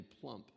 plump